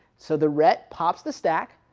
so the ret pops the stack,